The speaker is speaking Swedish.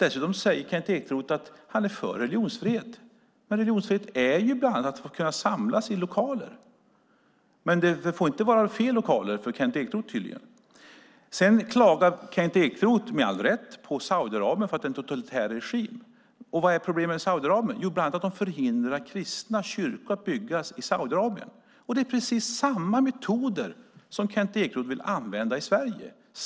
Samtidigt säger han att han är för religionsfrihet. Men religionsfrihet är ju bland annat att kunna samlas i lokaler! För Kent Ekeroth får det tydligen inte vara fel lokaler. Sedan klagar Kent Ekeroth, med all rätt, på Saudiarabien för att det är en totalitär regim. Vad är då problemet med Saudiarabien? Jo, bland annat att man förhindrar att kristna kyrkor byggs i landet. Det är precis samma metoder som Kent Ekeroth vill använda i Sverige!